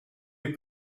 les